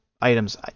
items